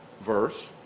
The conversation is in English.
verse